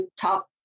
talk